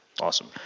Awesome